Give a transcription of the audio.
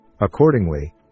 Accordingly